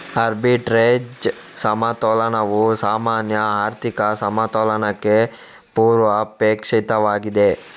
arbitrage ಸಮತೋಲನವು ಸಾಮಾನ್ಯ ಆರ್ಥಿಕ ಸಮತೋಲನಕ್ಕೆ ಪೂರ್ವಾಪೇಕ್ಷಿತವಾಗಿದೆ